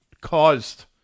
caused